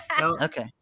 okay